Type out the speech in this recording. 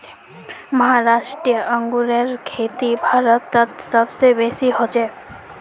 महाराष्ट्र अंगूरेर खेती भारतत सब स बेसी हछेक